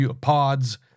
pods